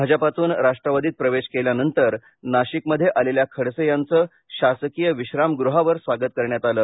भाजपातून राष्ट्रवादीत प्रवेश केल्यानंतर नाशिकमध्ये आलेल्या खडसे यांचं शासकीय विश्रामगृहावर स्वागत करण्यात आले